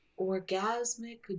orgasmic